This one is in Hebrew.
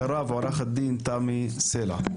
אחריו עורכת הדין תמי סלע.